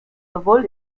sowohl